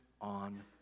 on